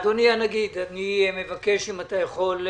אדוני הנגיד, אני מבקש, אם אתה יכול,